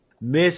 Miss